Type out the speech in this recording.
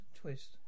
Twist